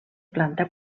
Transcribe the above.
planta